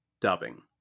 dubbing